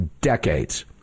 decades